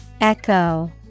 Echo